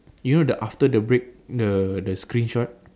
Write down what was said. you know the after the break the the screenshot